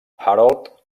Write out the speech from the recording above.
harold